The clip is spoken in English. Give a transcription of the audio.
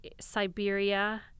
Siberia